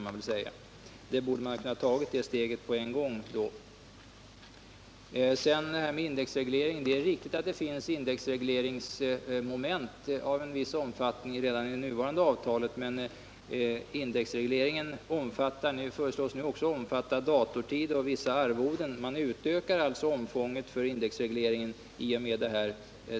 Man borde ha kunnat ta steget fullt ut på en gång. Några ord om indexregleringen. Det är riktigt att det finns indexregleringsmoment av en viss omfattning redan i det nuvarande avtalet, men indexregleringen föreslås nu också omfatta datortid och vissa arvoden. Man utökar alltså omfånget för indexregleringen i och med avtalet.